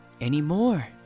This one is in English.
anymore